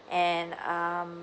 and um